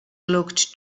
looked